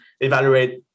evaluate